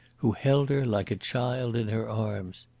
who held her like a child in her arms.